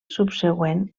subsegüent